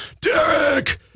Derek